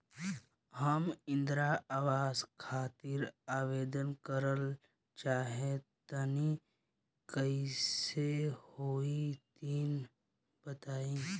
हम इंद्रा आवास खातिर आवेदन करल चाह तनि कइसे होई तनि बताई?